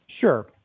Sure